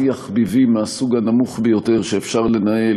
שיח ביבים מהסוג הנמוך ביותר שאפשר לנהל